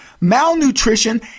malnutrition